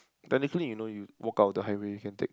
technically you know you walk out of the highway you can take